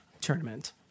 tournament